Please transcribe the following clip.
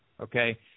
okay